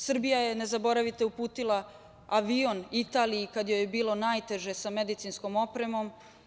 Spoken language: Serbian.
Srbija je, ne zaboravite, uputila avion Italiji kada joj je bilo najteže sa medicinskom opremom.